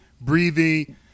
breathing